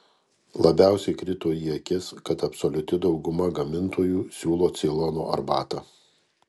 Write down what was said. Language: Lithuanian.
labiausiai krito į akis kad absoliuti dauguma gamintojų siūlo ceilono arbatą